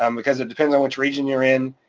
um because it depends on which region you're in,